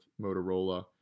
Motorola